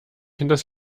hinters